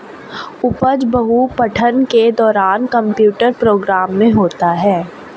उपज बहु पठन के दौरान कंप्यूटर प्रोग्राम में होता है